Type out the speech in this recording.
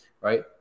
right